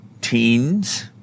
teens